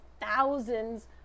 thousands